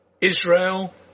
Israel